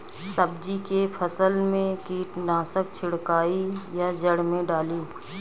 सब्जी के फसल मे कीटनाशक छिड़काई या जड़ मे डाली?